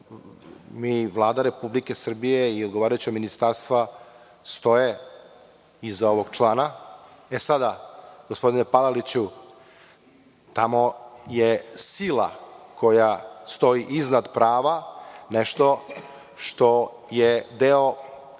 Vlada Republike Srbije i odgovarajuća ministarstva stoje iza ovog člana. Gospodine Palaliću, tamo je sila koja stoji iznad prava nešto što je deo,